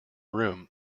room